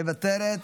מוותרת,